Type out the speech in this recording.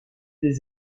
des